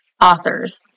authors